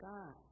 God